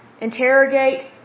interrogate